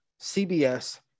CBS